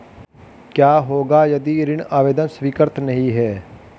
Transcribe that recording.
क्या होगा यदि ऋण आवेदन स्वीकृत नहीं है?